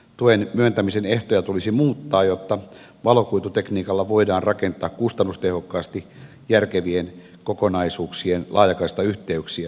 tuen myöntämisen ehtoja tulisi muuttaa jotta valokuitutekniikalla voidaan rakentaa kustannustehokkaasti järkevien kokonaisuuksien laajakaistayhteyksiä